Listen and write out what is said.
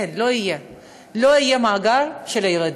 אין, לא יהיה, לא יהיה מאגר של ילדים.